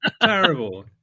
terrible